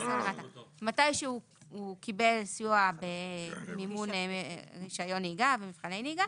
מתי שהוא הוא קיבל סיוע במימון רישיון נהיגה ומבחני נהיגה